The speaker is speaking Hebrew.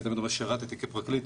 אני תמיד אומר שירתי כפרקליט